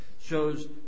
shows